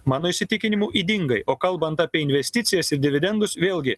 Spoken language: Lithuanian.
mano įsitikinimu ydingai o kalbant apie investicijas į dividendus vėlgi